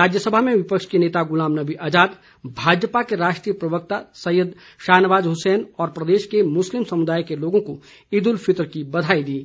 राज्यसभा में विपक्ष के नेता गुलाम नबी आजाद भाजपा के राष्ट्रीय प्रवक्ता सैयद शाहनवाज हुसैन और प्रदेश के मुस्लिम समुदाय के लोगों को ईद उल फितर की बधाई दी है